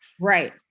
right